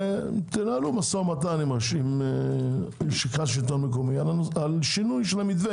ותנהלו משא ומתן עם מרכז השלטון המקומי על שינוי המתווה,